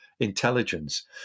intelligence